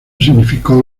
significó